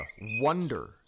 wonder